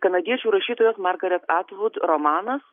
kanadiečių rašytojos margaret atvud romanas